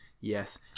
Yes